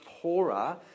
poorer